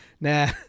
nah